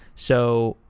so,